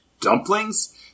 dumplings